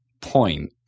point